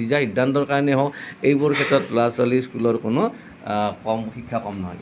নিজা সিদ্ধান্তৰ কাৰণে হওক এইবোৰ ক্ষেত্ৰত ল'ৰা ছোৱালীৰ স্কুলৰ কোনো কম শিক্ষা কম নহয়